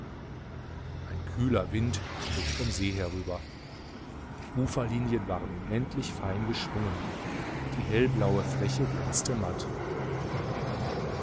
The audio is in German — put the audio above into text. ein kühler wind strich vom see herüber die uferlinien waren unendlich fein geschwungen die hellblaue fläche glänzte matt